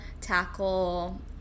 tackle